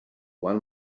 one